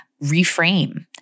reframe